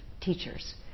teachers